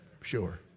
sure